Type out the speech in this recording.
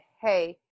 Hey